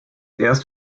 erst